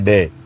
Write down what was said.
Day